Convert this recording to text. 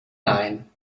nein